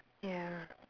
ya